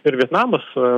ir vietnamas